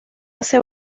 hace